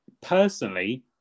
personally